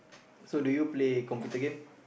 so do you play computer game